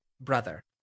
brother